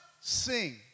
sing